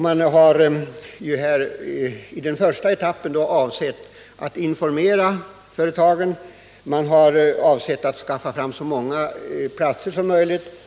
Man har i en första etapp avsett att informera företagen för att skaffa fram så många arbeten som möjligt.